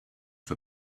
for